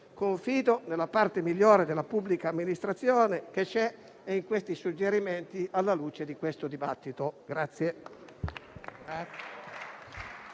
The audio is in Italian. Confido nella parte migliore della pubblica amministrazione - che c'è - e in questi suggerimenti alla luce del presente dibattito.